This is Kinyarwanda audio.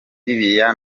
bibiliya